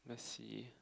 let's see